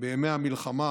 בימי המלחמה